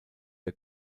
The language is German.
der